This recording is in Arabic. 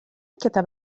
كتب